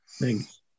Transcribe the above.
Thanks